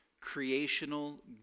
creational